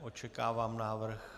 Očekávám návrh.